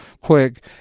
quick